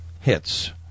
hits